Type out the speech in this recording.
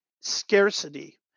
scarcity